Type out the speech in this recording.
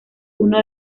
uno